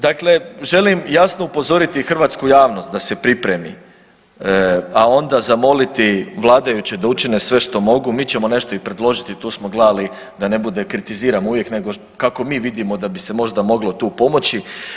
Dakle, želim jasno upozoriti hrvatsku javnost da se pripremi, a onda zamoliti vladajuće da učine sve što mogu, mi ćemo nešto i predložiti, tu smo gledali da ne bude, kritiziramo uvijek nego kako mi vidimo da bi se možda moglo tu pomoći.